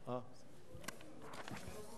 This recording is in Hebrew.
אז אני לא יכול לדבר.